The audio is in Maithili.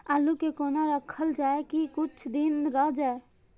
आलू के कोना राखल जाय की कुछ दिन रह जाय?